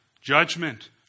judgment